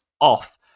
off